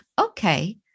okay